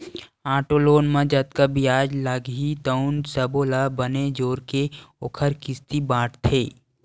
auto loan म जतका बियाज लागही तउन सब्बो ल बने जोरके ओखर किस्ती बाटथे